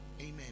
amen